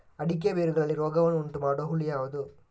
ಅಡಿಕೆಯ ಬೇರುಗಳಲ್ಲಿ ರೋಗವನ್ನು ಉಂಟುಮಾಡುವ ಹುಳು ಯಾವುದು?